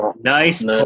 Nice